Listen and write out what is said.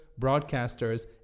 broadcasters